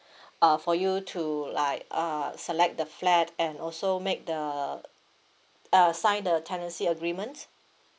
uh for you to like uh select the flat and also make the uh sign the tenancy agreement